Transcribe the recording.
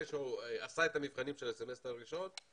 אני